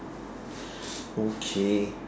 okay